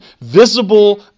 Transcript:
visible